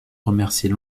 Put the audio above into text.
remercie